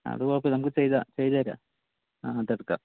അത് കുഴപ്പമില്ല നമുക്ക് ചെയ്യാം ചെയ്തേക്കാം അതെടുക്കാം